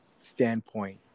standpoint